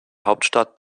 hauptstadt